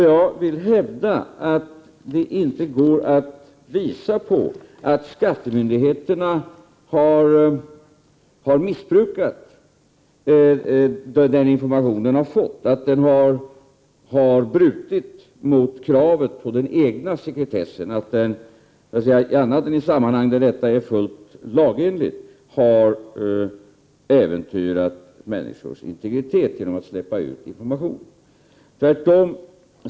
Jag vill hävda att det inte går att visa på att skattemyndigheterna har missbrukat den information de har fått, att de har brutit mot kravet på den egna sekretessen annat än i sammanhang där detta är fullt lagenligt och man har äventyrat människors integritet genom att släppa ut information. Tvärtom.